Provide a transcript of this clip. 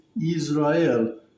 Israel